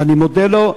ואני מודה לו.